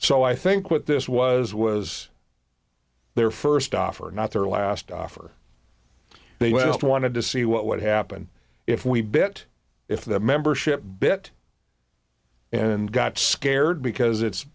so i think what this was was their first offer not their last offer they went wanted to see what would happen if we bit if the membership bit and got scared because it's